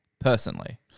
personally